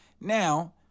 Now